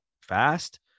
fast